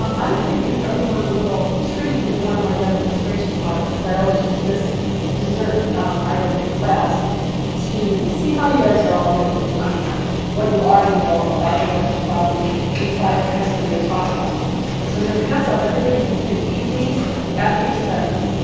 um i'm going to give everyone a little treat with one of my demonstration products because i always use this dessert item in class to see how you guys are all doing on what you already know about intellectual property and the five kinds we're going to talk about. so i'm going to pass out everybody feel free to eat these after you study them.